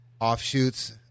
offshoots